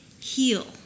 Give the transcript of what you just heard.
heal